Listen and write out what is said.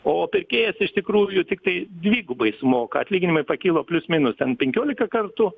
o pirkėjas iš tikrųjų tiktai dvigubai sumoka atlyginimai pakilo plius minus penkiolika kartų